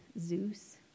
Zeus